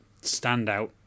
standout